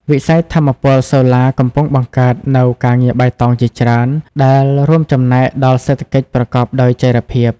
វិស័យថាមពលសូឡាកំពុងបង្កើតនូវការងារបៃតងជាច្រើន ដែលរួមចំណែកដល់សេដ្ឋកិច្ចប្រកបដោយចីរភាព។